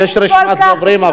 יש רשימת דוברים.